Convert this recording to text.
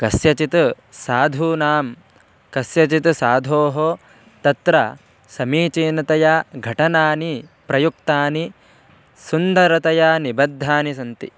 कस्यचित् साधूनां कस्यचित् साधोः तत्र समीचीनतया घटनानि प्रयुक्तानि सुन्दरतया निबद्धानि सन्ति